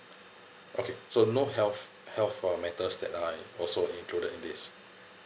okay so no health health or matters that I also included in this